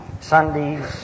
Sundays